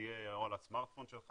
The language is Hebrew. שתהיה או על הסמארטפון שלך,